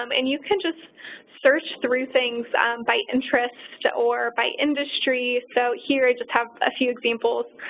um and you can just search through things by interest or by industry. so here, i just have a few examples.